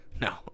no